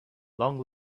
long